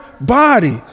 body